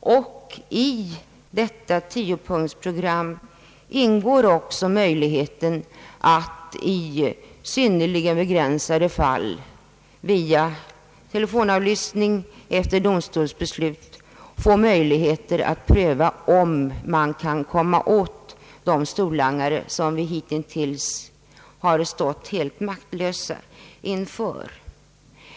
och i regeringens tiopunktsprogram ingår också att i synnerligen begränsade fall via telefonavlyssning efter domstolsbeslut få möjligheter att pröva, om man kan komma åt de storlangare som vi hittills har stått helt maktlösa inför.